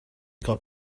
got